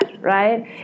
right